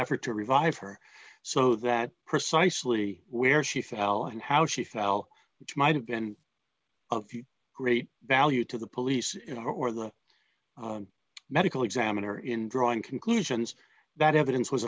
effort to revive her so that precisely where she fell and how she fell might have been of great value to the at least for the medical examiner in drawing conclusions that evidence was